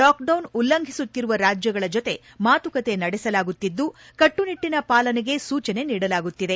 lockdown ಉಲ್ಲಂಘಿಸುತ್ತಿರುವ ರಾಜ್ಯಗಳ ಜತೆ ಮಾತುಕತೆ ನಡೆಸಲಾಗುತ್ತಿದ್ದು ಕಟ್ಟುನಿಟ್ಟಿನ ಪಾಲನೆಗೆ ಸೂಚನೆ ನೀಡಲಾಗುತ್ತಿದೆ